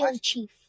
chief